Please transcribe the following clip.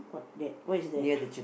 what that what is that